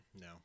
No